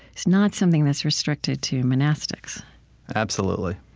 is not something that's restricted to monastics absolutely.